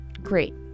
great